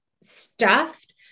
stuffed